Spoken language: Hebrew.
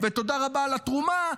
ותודה רבה על התרומה,